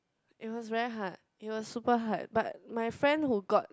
it was very hard it was super hard but my friend who got